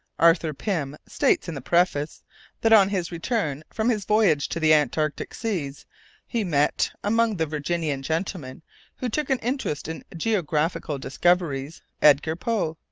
arthur pym states in the preface that on his return from his voyage to the antarctic seas he met, among the virginian gentlemen who took an interest in geographical discoveries, edgar poe,